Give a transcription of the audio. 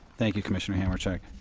thank you, commissioner hamercheck.